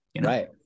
Right